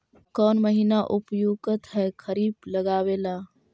कौन महीना उपयुकत है खरिफ लगावे ला?